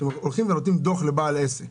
כשאתם הולכים ונותנים דוח לבעל עסק.